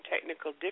technical